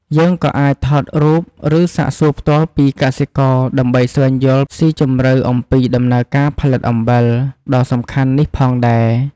យើងក៏អាចថតរូប ឬសាកសួរផ្ទាល់ពីកសិករ ដើម្បីស្វែងយល់ស៊ីជម្រៅអំពីដំណើរការផលិតអំបិលដ៏សំខាន់នេះផងដែរ។